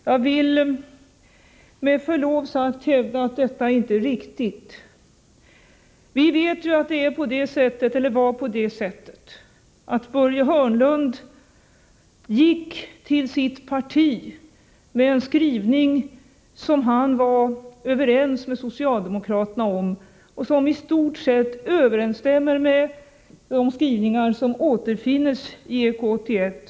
Jag vill med förlov sagt hävda att detta inte är riktigt. Vi vet att Börje Hörnlund gick till sitt parti med en skrivning som han var överens med socialdemokraterna om och som i stort sett överensstämmer med de skrivningar som nu återfinns i EK 81.